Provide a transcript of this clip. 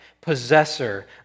possessor